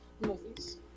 movies